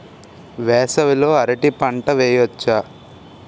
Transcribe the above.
వేసవి లో అరటి పంట వెయ్యొచ్చా?